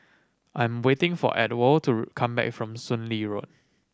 I'm waiting for Ewald to come back from Soon Lee Road